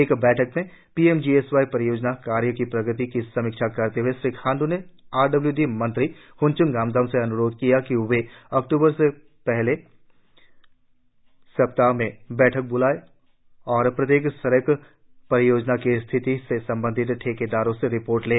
एक बैठक में पीएमजीएसवाई परियोजना कार्य की प्रगति की समीक्षा करते हए खांड्र ने आरडब्ल्यूडी मंत्री होनच्न नंददम से अन्रोध किया कि वे अक्ट्रबर के पहले सप्ताह में बैठक की अध्यक्षता करें और प्रत्येक सड़क परियोजना की स्थिति पर संबंधित ठेकेदारों से रिपोर्ट लें